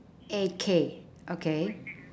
A K okay